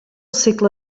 segle